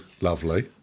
Lovely